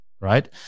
right